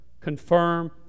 confirm